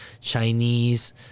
Chinese